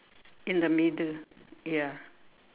in the middle ya